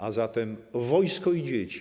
A zatem wojsko i dzieci.